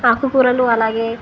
ఆకుకూరలు అలాగే